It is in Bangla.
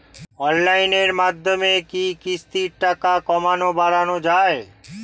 অনলাইনের মাধ্যমে কি কিস্তির টাকা কমানো বাড়ানো যায়?